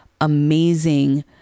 amazing